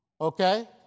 Okay